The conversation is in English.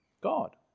God